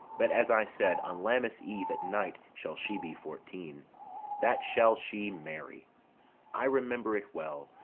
but, as i said, on lammas eve at night shall she be fourteen that shall she, marry i remember it well.